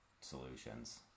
solutions